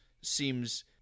seems